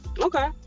Okay